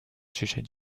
sujet